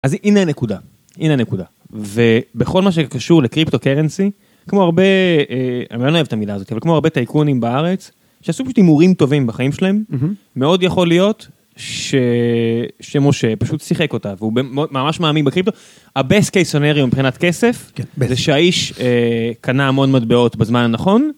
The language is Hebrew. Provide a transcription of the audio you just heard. אז הנה הנקודה, הנה הנקודה, ובכל מה שקשור לקריפטו-קרנסי, כמו הרבה, אני לא אוהב את המילה הזאת, אבל כמו הרבה טייקונים בארץ, שעשו פשוט הימורים טובים בחיים שלהם, מאוד יכול להיות שמשה פשוט שיחק אותה, והוא ממש מאמין בקריפטו, ה-best case scenario מבחינת כסף, שהאיש קנה המון מטבעות בזמן הנכון.